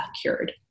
cured